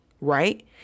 right